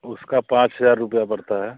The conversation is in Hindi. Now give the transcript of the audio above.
उसके पाँच हज़ार रुपये पड़ते हैं